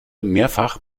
mehrfach